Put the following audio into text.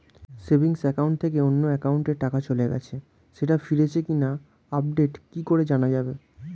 Savings account থেকে অন্য একাউন্টে টাকা চলে গেছে সেটা ফিরেছে কিনা আপডেট করে কি জানা যাবে?